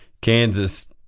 Kansas –